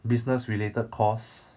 business related course